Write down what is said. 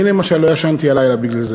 אני, למשל, לא ישנתי הלילה בגלל זה.